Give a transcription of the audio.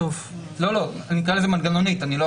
שלחנו אותם